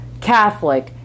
Catholic